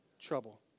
trouble